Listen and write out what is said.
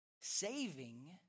saving